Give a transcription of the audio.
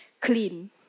clean